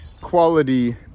quality